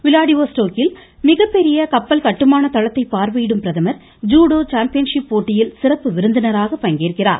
விளாடிவோ ஸ்டோக்கில் மிகப்பெரிய கப்பல் கட்டுமானத்தளத்தை பார்வையிடும் பிரதமர் ஜுடோ சாம்பியன்ஷிப் போட்டியில் சிறப்பு விருந்தினராக பங்கேற்கிறார்